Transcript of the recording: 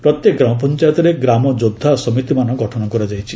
ପ୍ରତ୍ୟେକ ଗ୍ରାମପଞ୍ଚାୟତରେ ଗ୍ରାମ ଯୋଦ୍ଧା ସମିତିମାନ ଗଠନ କରାଯାଇଛି